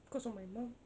cause of my mum